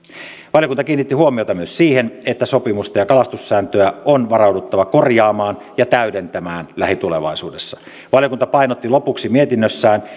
valiokunta kiinnitti huomiota myös siihen että sopimusta ja kalastussääntöä on varauduttava korjaamaan ja täydentämään lähitulevaisuudessa valiokunta painotti lopuksi mietinnössään